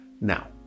Now